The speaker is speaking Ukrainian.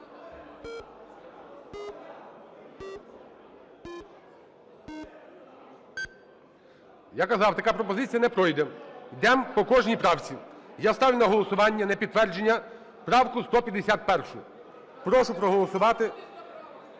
Я казав, така пропозиція не пройде. Йдемо по кожній правці. Я ставлю на голосування на підтвердження правку 151. Прошу проголосувати…